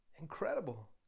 Incredible